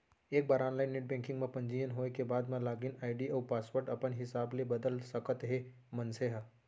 एक बार online net banking म पंजीयन होए के बाद म लागिन आईडी अउ पासवर्ड अपन हिसाब ले बदल सकत हे मनसे ह